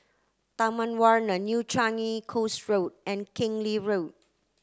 Taman Warna New Changi Coast Road and Keng Lee Road